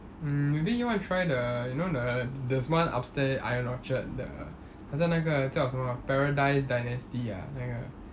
mm maybe you want to try the you know the there's one upstairs ion orchard the 好像那个叫什么 Paradise Dynasty ah 那个